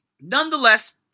nonetheless